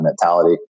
mentality